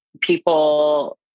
people